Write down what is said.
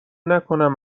نکنم